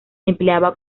empleaba